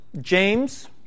James